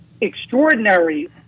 extraordinary